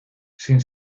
sin